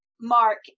mark